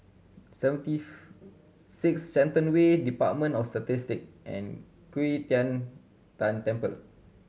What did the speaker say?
seventyth six Shenton Way Department of Statistic and Qi Tian Tan Temple